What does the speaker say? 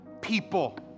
people